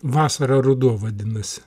vasarą ruduo vadinasi